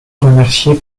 remercier